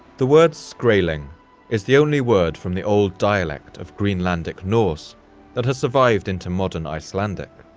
the word skraeling is the only word from the old dialect of greenlandic norse that has survived into modern icelandic.